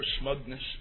smugness